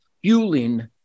fueling